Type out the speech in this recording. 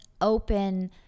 open